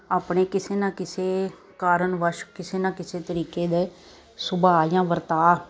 ਆਪਣੇ ਕਿਸੇ ਨਾ ਕਿਸੇ ਕਾਰਨਵਸ਼ ਕਿਸੇ ਨਾ ਕਿਸੇ ਤਰੀਕੇ ਦੇ ਸੁਭਾਅ ਜਾਂ ਵਰਤਾਅ